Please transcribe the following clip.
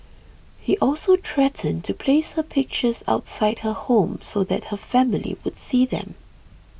he also threatened to place her pictures outside her home so that her family would see them